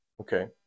Okay